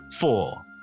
four